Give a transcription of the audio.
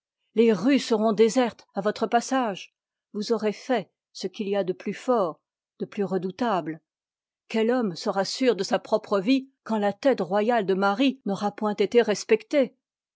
les rues seront désertes à votre passage vous aurez fait ce qu'il y a de plus fort de plus redoutable quel homme sera sûr de sa propre vie quand la tête royale de marie n'aura point été respectée